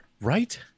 Right